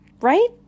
right